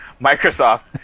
Microsoft